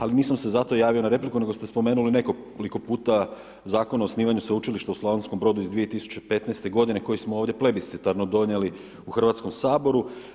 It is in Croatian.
Ali nisam se zato javio na repliku nego ste spomenuli nekoliko puta Zakon o osnivanju Sveučilišta u Slavonskom Brodu iz 2015. godine koji smo ovdje plebiscitarno donijeli u Hrvatskom saboru.